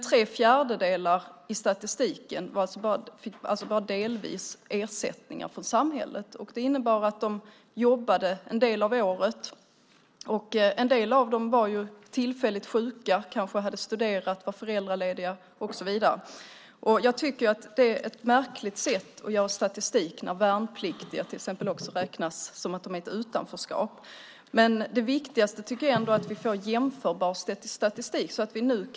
Tre fjärdedelar fick alltså bara delvis ersättningar från samhället. Vissa jobbade en del av året; en del var tillfälligt sjuka, hade studerat, var föräldralediga och så vidare. Det är ett märkligt sätt att göra statistik när exempelvis värnpliktiga också räknas som i utanförskap. Det viktigaste är dock att vi får jämförbar statistik.